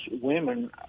women